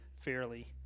fairly